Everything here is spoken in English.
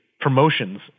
promotions